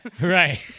Right